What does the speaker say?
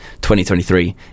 2023